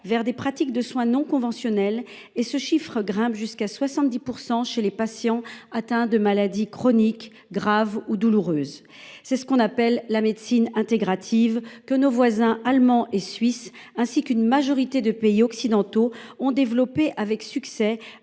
vers des pratiques de soins non conventionnelles, et ce chiffre grimpe à 70 % chez les patients atteints de maladies chroniques, graves ou douloureuses. Depuis de nombreuses années déjà, nos voisins allemands et suisses, ainsi qu’une majorité de pays occidentaux, ont développé avec succès